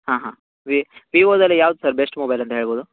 ಹಾಂ ಹಾಂ ವಿವೊದಲ್ಲಿ ಯಾವ್ದು ಸರ್ ಬೆಸ್ಟ್ ಮೊಬೈಲ್ ಅಂತ ಹೇಳ್ಬೋದು